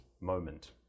moment